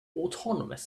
autonomous